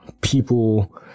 people